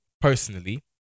personally